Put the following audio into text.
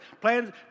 Plans